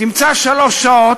תמצא שלוש שעות,